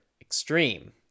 extreme